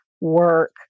work